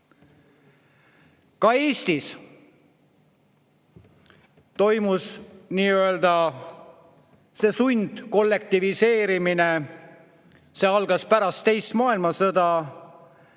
Ka Eestis toimus see sundkollektiviseerimine. See algas pärast teist maailmasõda.